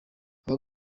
aba